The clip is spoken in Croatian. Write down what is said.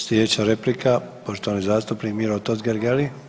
Slijedeća replika, poštovani zastupnik Miro Totgergeli.